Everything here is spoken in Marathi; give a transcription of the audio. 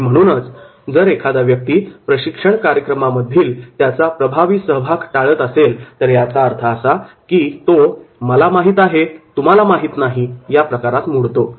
आणि म्हणूनच जर एखादा व्यक्ती प्रशिक्षण कार्यक्रमांमधील त्याचा प्रभावी सहभाग टाळत असेल तर याचा अर्थ असा की तो 'मला माहीत आहे तुम्हाला माहीत नाही' या प्रकारात मोडतो